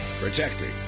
protecting